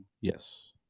Yes